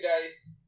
dice